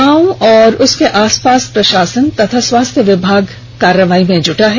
गांव और उसके आसपास प्रशासन व स्वास्थ्य विभाग कार्रवाई करने में जूटा है